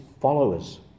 followers